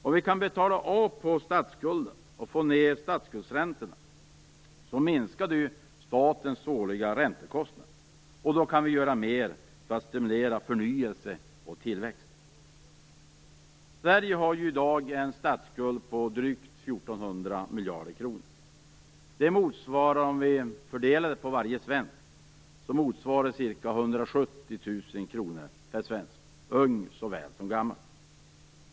Om vi kan betala av på statsskulden och få ned statsskuldsräntorna minskar statens årliga räntekostnader. Då kan vi göra mer för att stimulera förnyelse och tillväxt. Sverige har i dag en statsskuld på drygt 1 400 miljarder kronor. Det motsvarar ca 170 000 kr per varje svensk, ung såväl som gammal.